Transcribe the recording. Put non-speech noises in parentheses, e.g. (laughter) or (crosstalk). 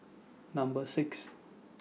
Number six (noise)